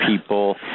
people